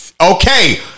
Okay